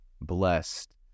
blessed